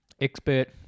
expert